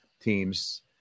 teams